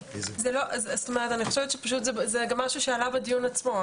אני חושבת שזה גם משהו שעלה בדיון עצמו,